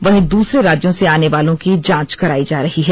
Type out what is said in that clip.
वहीं दूसरे राज्यों से आनेवालों की जांच कराई जा रही है